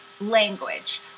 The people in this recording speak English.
language